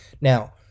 Now